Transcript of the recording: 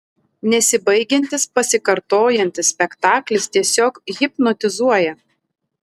nesibaigiantis pasikartojantis spektaklis tiesiog hipnotizuoja